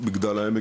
מגדל העמק,